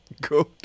good